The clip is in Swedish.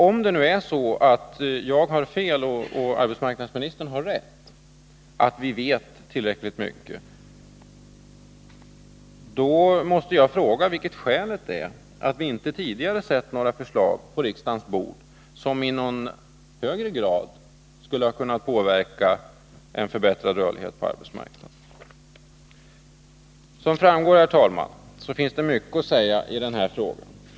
Om jag har fel och arbetsmarknadsministern har rätt — om vi alltså vet tillräckligt mycket — måste jag fråga vilket skälet är till att vi inte tidigare sett några förslag på riksdagens bord som skulle ha kunnat leda till en förbättrad rörlighet på arbetsmarknaden. Som framgått finns det, herr talman, mycket att säga i denna fråga.